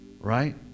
right